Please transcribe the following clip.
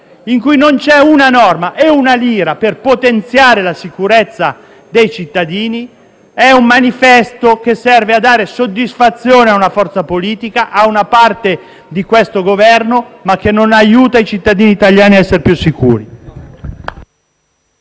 in cui non ci sono norme e un euro per potenziare la sicurezza dei cittadini. È un manifesto che serve a dare soddisfazione ad una forza politica, a una parte del Governo, ma non aiuta i cittadini italiani ad essere più sicuri.